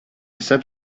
set